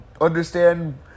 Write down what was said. understand